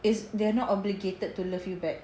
is they are not obligated to love you back